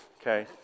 Okay